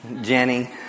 Jenny